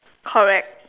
correct